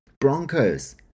Broncos